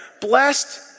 blessed